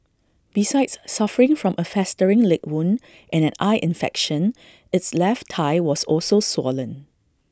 besides suffering from A festering leg wound and an eye infection its left thigh was also swollen